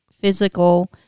physical